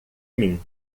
mim